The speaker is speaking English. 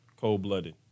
Cold-Blooded